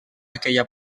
aquella